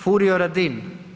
Furio Radin.